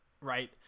Right